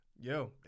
Yo